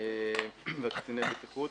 וקציני בטיחות